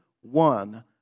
one